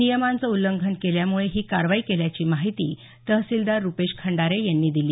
नियंमांच उल्लंघन केल्यामुळे ही कारवाई केल्याची माहिती तहसीलदार रुपेश खंडारे यांनी दिली